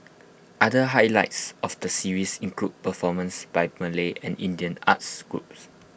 other highlights of the series include performances by Malay and Indian arts groups